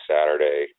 Saturday